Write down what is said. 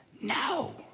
No